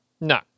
No